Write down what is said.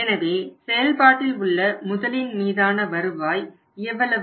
எனவே செயல்பாட்டில் உள்ள முதலின் மீதான வருவாய் எவ்வளவு